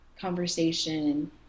conversation